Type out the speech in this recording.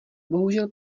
bohužel